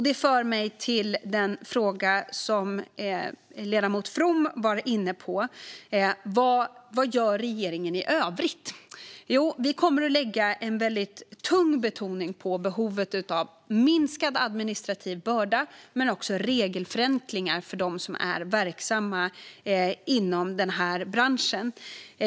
Detta för mig till den fråga som ledamoten From var inne på: Vad gör regeringen i övrigt? Vi kommer att lägga väldigt tung betoning på behovet av minskad administrativ börda och regelförenklingar för dem som är verksamma i den här branschen.